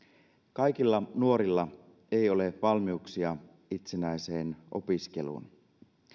kaikilla nuorilla ei ole valmiuksia itsenäiseen opiskeluun